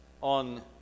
on